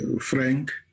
frank